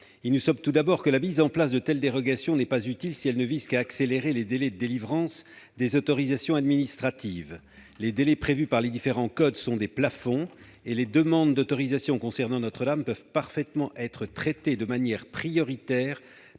Il nous semble tout d'abord que la mise en place de telles dérogations n'est pas utile si elle ne vise qu'à accélérer les délais de délivrance des autorisations administratives. Les délais prévus par les différents codes sont des plafonds. Les demandes d'autorisation concernant Notre-Dame peuvent parfaitement être traitées de manière prioritaire